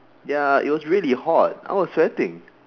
ya it was really hot I was sweating